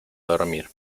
dormir